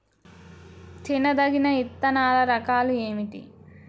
తినదగిన విత్తనాల రకాలు ఏమిటి?